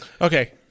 Okay